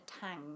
tang